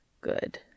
Good